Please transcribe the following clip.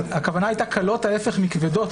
הכוונה הייתה קלות ההפך מכבדות,